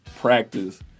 practice